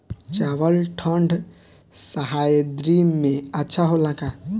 चावल ठंढ सह्याद्री में अच्छा होला का?